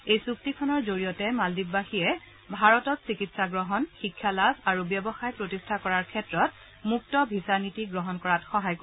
এই চুক্তিখনৰ জৰিয়তে মালদ্বীপবাসীয়ে ভাৰতত চিকিৎসা গ্ৰহণ শিক্ষা লাভ আৰু ব্যৱসায় প্ৰতিষ্ঠা কৰাৰ ক্ষেত্ৰত মুক্ত ভিছা নীতি গ্ৰহণ কৰাত সহায় কৰিব